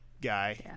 guy